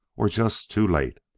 or just too late.